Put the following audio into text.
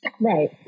Right